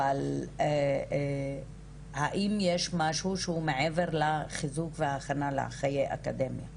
אבל האם יש משהו שהוא מעבר לחיזוק והכנה לחיי אקדמיה,